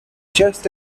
just